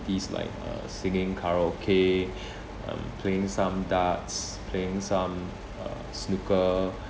like uh singing karaoke um playing some darts playing some uh snooker